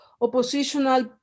oppositional